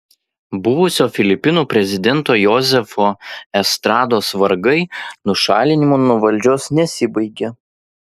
buvusio filipinų prezidento jozefo estrados vargai nušalinimu nuo valdžios nesibaigė